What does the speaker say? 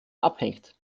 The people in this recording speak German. abhängt